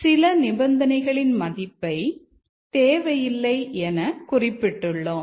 சில நிபந்தனைகளின் மதிப்பை தேவையில்லை என குறிப்பிட்டுள்ளோம்